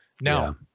Now